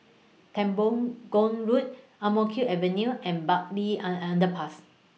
Temenggong Road Ang Mo Kio Avenue and Bartley An Underpass